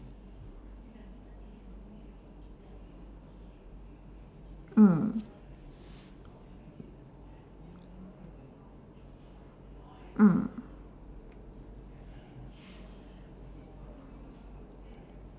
mm mm